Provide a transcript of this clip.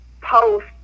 post